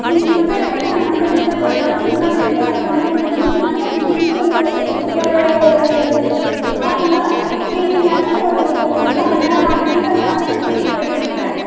நீங்கள் சொன்ன டைம் நாங்கள் வந்துடுறோங்க சார் ஒன்னவருக்கு முன்னாடியே கூட வந்துடுறோம் நீங்கள் வந்திங்கனாக்கா இங்கேருந்து ஒரு ஆஃப்பனவர் அப்படி இல்லைன்னாக்கா ஒரு முக்காமண்நேரம் அதுக்குள்ளே நான் வந்து கூட்டிகிட்டு போயிவிடுவேங்க சார்